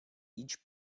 each